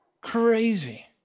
Crazy